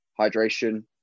hydration